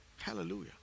hallelujah